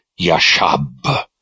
yashab